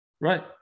Right